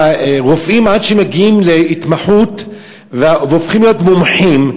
רופאים, עד שמגיעים להתמחות והופכים להיות מומחים,